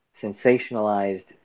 sensationalized